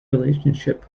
relationship